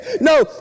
No